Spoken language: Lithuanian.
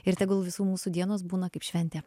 ir tegul visų mūsų dienos būna kaip šventė